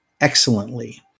excellently